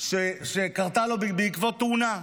שקרתה לו בעקבות תאונה,